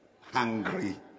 hungry